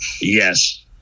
Yes